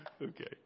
Okay